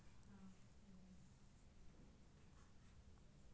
खाता संख्या welcome letter, chequebook, passbook, bank statement आदि पर लिखल रहै छै